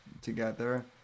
together